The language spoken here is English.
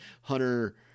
hunter